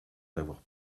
d’avoir